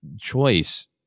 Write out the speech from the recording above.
choice